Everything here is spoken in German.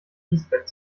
kiesbett